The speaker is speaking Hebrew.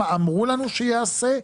מה אמרו לנו שייעשה,